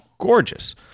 Gorgeous